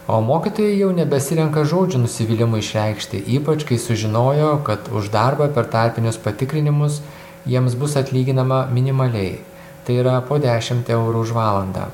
o mokytojai jau nebesirenka žodžių nusivylimui išreikšti ypač kai sužinojo kad už darbą per tarpinius patikrinimus jiems bus atlyginama minimaliai tai yra po dešimt eurų už valandą